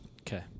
Okay